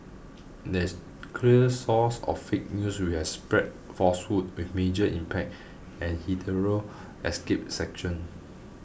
there is clear source of 'fake news' which has spread falsehoods with major impact and hitherto escaped section